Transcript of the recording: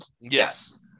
Yes